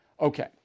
Okay